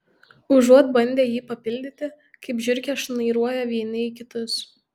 užuot bandę jį papildyti kaip žiurkės šnairuoja vieni į kitus